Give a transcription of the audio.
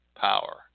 power